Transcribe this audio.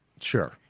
sure